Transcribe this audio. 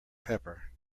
pepper